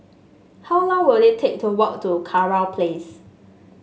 how long will it take to walk to Kurau Place